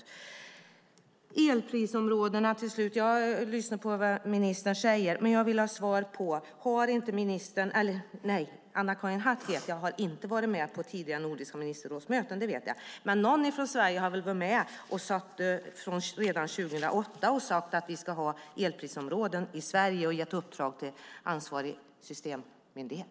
Till slut om elprisområden: Jag lyssnar på vad ministern säger. Men jag vill ha svar från ministern. Jag vet att Anna-Karin Hatt inte har varit med på tidigare möten med Nordiska ministerrådet. Men någon från Sverige har väl varit med redan från 2008 och sagt att vi ska ha elprisområden i Sverige och gett uppdrag till ansvarig systemmyndighet.